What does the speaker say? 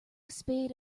spade